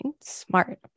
Smart